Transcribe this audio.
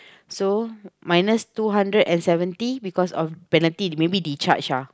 so minus two hundred and seventy because of penalty maybe they charge ah